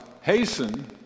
hasten